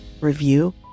review